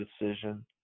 decision